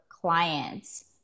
clients